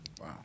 Wow